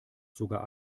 sogar